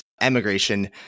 emigration